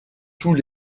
tous